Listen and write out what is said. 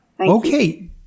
Okay